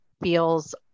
feels